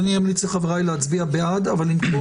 אני אמליץ לחבריי להצביע בעד, עם כל